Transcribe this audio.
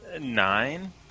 Nine